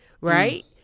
right